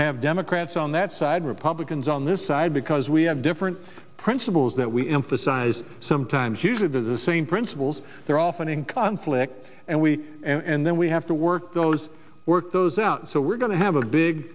have democrats on that side republicans on this side because we have different principles that we emphasize sometimes usually the same principles they're often in conflict and we and then we have to work those work those out so we're going to have a big